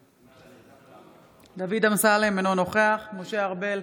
נגד דוד אמסלם, אינו נוכח משה ארבל,